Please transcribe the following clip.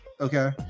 Okay